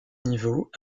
niveaux